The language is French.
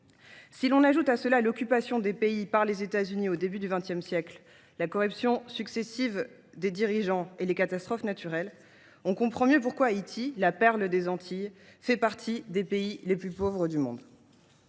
Si l’on ajoute à cela l’occupation du pays par les États Unis au début du XX siècle, la corruption successive de ses dirigeants et les catastrophes naturelles, l’on comprend mieux pourquoi Haïti, perle des Antilles, figure désormais parmi les pays les plus pauvres du monde.